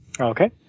Okay